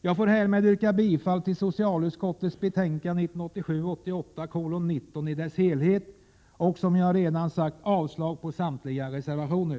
Jag får härmed yrka bifall till socialutskottets betänkande 1987/88:19 i dess helhet och, som jag redan sagt, avslag på samtliga reservationer.